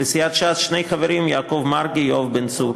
לסיעת ש"ס שני חברים: יעקב מרגי ויואב בן צור,